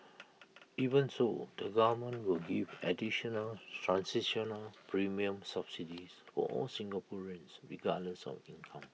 even so the government will give additional transitional premium subsidies for all Singaporeans regardless of income